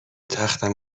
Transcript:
تختم